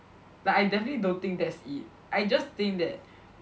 like I definitely don't think that's it I just think that